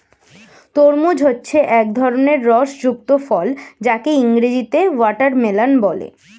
তরমুজ হচ্ছে এক ধরনের রস যুক্ত ফল যাকে ইংরেজিতে ওয়াটারমেলান বলে